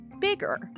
bigger